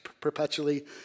perpetually